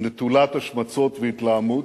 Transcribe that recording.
נטולת השמצות והתלהמות,